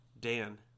dan